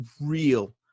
real